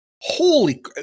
holy